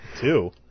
Two